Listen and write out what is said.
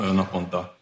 naponta